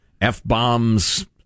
F-bombs